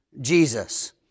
Jesus